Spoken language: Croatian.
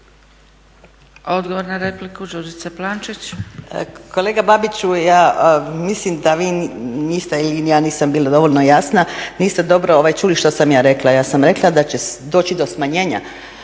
**Plančić, Đurđica (SDP)** Kolega Babiću ja mislim da vi niste, ili ja nisam bila dovoljno jasna, niste dobro čuli što sam ja rekla. Ja sam rekla da će doći do smanjenja